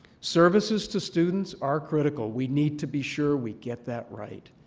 services to students are critical. we need to be sure we get that right,